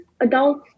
adults